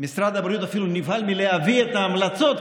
משרד הבריאות אפילו נבהל מלהביא את ההמלצות,